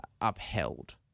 upheld